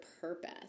purpose